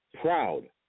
proud